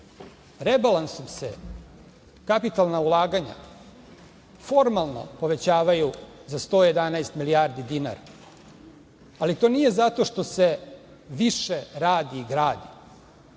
budžeta. Rebalansom se kapitalna ulaganja formalno povećavaju za 111 milijardi dinara, ali to nije zato što se više radi i gradi,